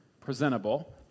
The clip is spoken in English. presentable